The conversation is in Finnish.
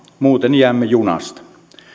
muuten jäämme junasta